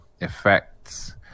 effects